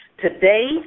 Today